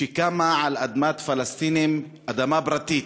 שקמה על אדמת פלסטינים, אדמה פרטית.